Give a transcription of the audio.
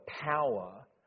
power